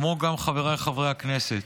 כמו גם חבריי חברי הכנסת: